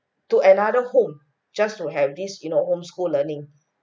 to another home just to have this you know home school learning